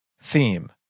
Theme